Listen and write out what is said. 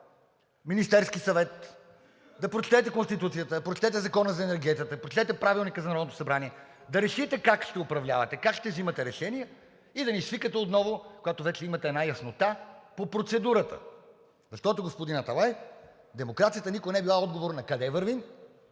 Министерски съвет, да прочетете Конституцията, прочетете Закона за енергетиката, прочетете Правилника на Народното събрание, да решите как ще управлявате, как ще взимате решения и да ни свикате отново, когато вече имате една яснота по процедурата. Защото, господин Аталай, демокрацията никога не е била отговор накъде вървим,